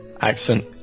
accent